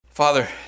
Father